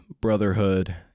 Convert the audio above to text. brotherhood